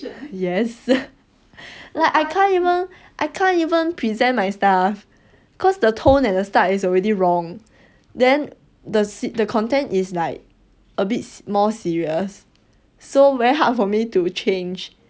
yes like I can't even I can't even present my stuff cause the tone at the start is already wrong then the the content is like a bit more serious so very hard for me to change